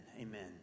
Amen